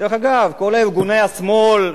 דרך אגב, כל ארגוני השמאל,